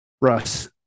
Russ